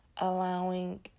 allowing